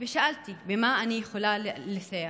ושאלתי במה אני יכולה לסייע.